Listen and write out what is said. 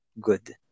good